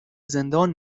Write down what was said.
زندان